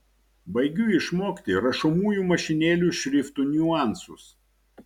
baigiu išmokti rašomųjų mašinėlių šriftų niuansus